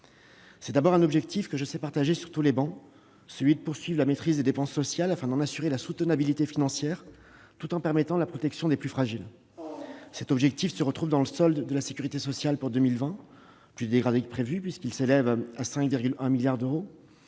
C'est d'abord un objectif, dont je sais qu'il est partagé sur ces bancs : poursuivre la maîtrise des dépenses sociales afin d'en assurer la soutenabilité financière tout en permettant la protection des plus vulnérables. Cet objectif se retrouve dans le solde de la sécurité sociale pour 2020, plus dégradé que prévu, puisque le déficit s'élève à 5,1 milliards d'euros.